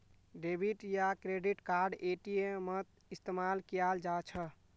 debit या credit card एटीएमत इस्तेमाल कियाल जा छ